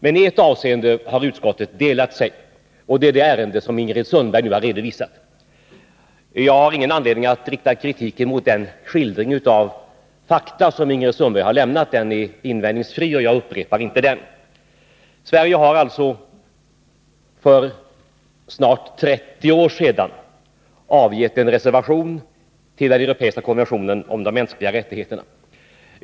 Men i ett avseende har utskottet delat sig, och det gäller det ärende som Ingrid Sundberg nu har redovisat. Jag har ingen anledning att rikta kritik mot den skildring av fakta som Ingrid Sundberg här har lämnat — den är invändningsfri, och jag upprepar den inte. Sverige har för snart 30 år sedan avgett en reservation till den europeiska konventionen om de mänskliga rättigheterna.